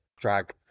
drag